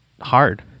hard